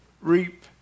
reap